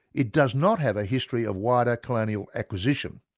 it does not have a history of wider colonial acquisition.